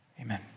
Amen